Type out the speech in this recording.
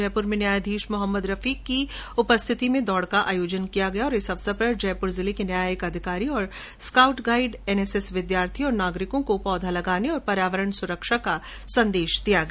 जयपूर में न्यायाधीश मोहम्मद रफीक की उपस्थिति में दौड़ का आयोजन किया गया और इस अवसर पर जयंपुर जिले के न्यायिक अधिकारी स्काउड गाईड एनएसएस विद्यार्थी और नागरिकों को पौधे लगाने और पर्योवरण सुरक्षा का संदेश दिया गया